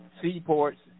seaports